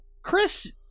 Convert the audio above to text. Chris